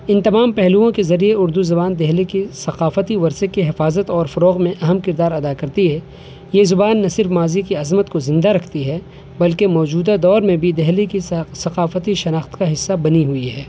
ان تمام پہلوؤں کے ذریعہ اردو زبان دہلی کی ثقافتی ورثے کی حفاظت اور فروغ میں اہم کردار ادا کرتی ہے یہ زبان نہ صرف ماضی کی عظمت کو زندہ رکھتی ہے بلکہ موجودہ دور میں بھی دہلی کی ثقافتی شناخت کا حصہ بنی ہوئی ہے